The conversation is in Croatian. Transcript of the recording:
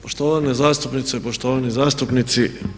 Poštovane zastupnice i poštovani zastupnici.